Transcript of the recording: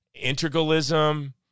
Integralism